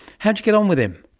how did you get on with him?